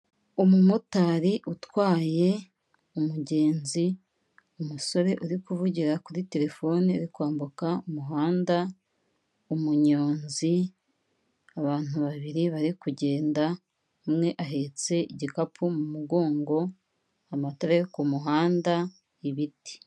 Umumotari utwaye umugenzi umusore uri kuvugira kuri terefone, uri kwambuka umuhanda umunyonzi, abantu babiri bari kugenda umwe ahetse igikapu mu mugongo, amatara yo kumuhanda ibiti.